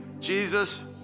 Jesus